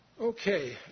Okay